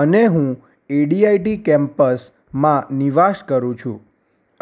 અને હું ઇડીઆઇટી કેમ્પસમાં નિવાસ કરું છું